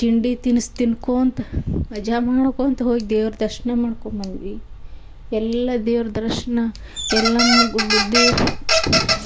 ತಿಂಡಿ ತಿನಸು ತಿನ್ಕೋತ ಮಜಾ ಮಾಡ್ಕೊತ ಹೋಗಿ ದೇವ್ರ ದರ್ಶನ ಮಾಡ್ಕೊಂಡ್ಬಂದ್ವಿ ಎಲ್ಲ ದೇವ್ರ ದರ್ಶನ ಎಲ್ಲ ಮುಗುದು ದೇ